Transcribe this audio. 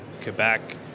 Quebec